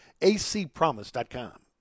acpromise.com